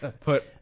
put